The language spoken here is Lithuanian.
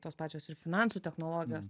tos pačios ir finansų technologijos